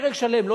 פרק שלם,